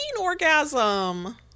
orgasm